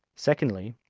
secondly,